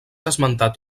esmentat